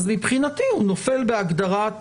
אז מבחינתי הוא נופל בהגדרת